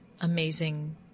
amazing